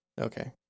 okay